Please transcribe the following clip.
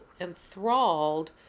enthralled